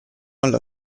alla